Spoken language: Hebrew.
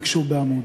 והתנגשו בעמוד.